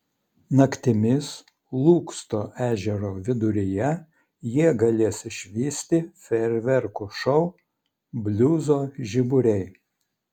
naktimis lūksto ežero viduryje jie galės išvysti fejerverkų šou bliuzo žiburiai